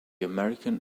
armenian